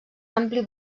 ampli